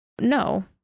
no